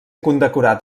condecorat